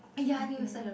okay